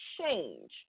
change